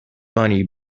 money